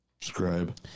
Subscribe